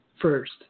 first